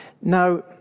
Now